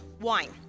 wine